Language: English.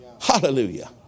Hallelujah